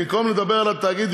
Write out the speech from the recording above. במקום לדבר על התאגיד,